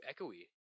echoey